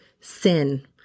sin